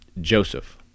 Joseph